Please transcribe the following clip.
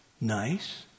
nice